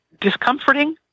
discomforting